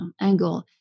angle